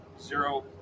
zero